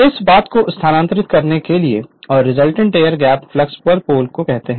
क्यों इस बात को स्थानांतरित करते हैं और रिजल्टेंट एयर गैप फ्लक्स पर पोल r है